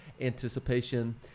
anticipation